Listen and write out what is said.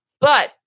but-